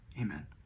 Amen